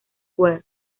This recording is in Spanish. square